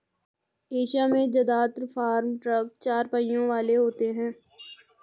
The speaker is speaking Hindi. एशिया में जदात्र फार्म ट्रक चार पहियों वाले होते हैं